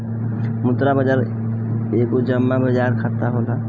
मुद्रा बाजार खाता एगो जमा बाजार खाता होला